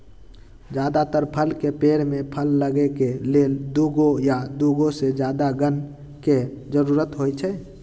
जदातर फल के पेड़ में फल लगे के लेल दुगो या दुगो से जादा गण के जरूरत होई छई